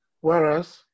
Whereas